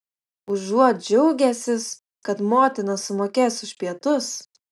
užuot džiaugęsis kad motina sumokės už pietus